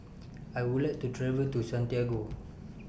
I Would like to travel to Santiago